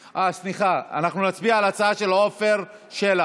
סליחה, אנחנו נצביע על ההצעה של עפר שלח.